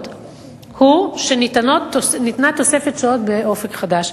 הוא שניתנה תוספת שעות ב"אופק חדש".